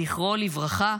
זכרו לברכה,